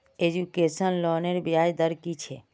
Education लोनेर ब्याज दर कि छे?